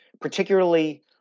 particularly